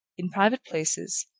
in private places,